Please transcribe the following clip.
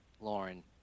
Lauren